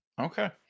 Okay